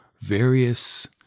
various